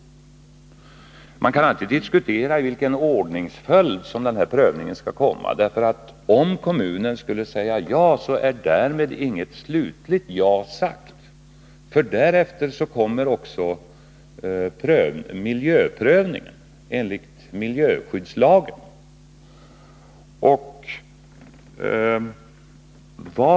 Man kan alltid diskutera i vilken ordningsföljd prövningsförfarandet skall ske. Nuvarande förfarande innebär inte, om kommunen säger ja till brytning, ett slutligt ja. Därefter kommer nämligen miljöprövningen enligt miljöskyddslagen.